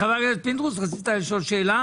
חבר הכנסת פינדרוס, רצית לשאול שאלה?